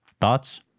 Thoughts